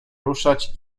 ruszać